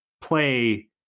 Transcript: play